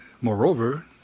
moreover